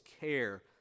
care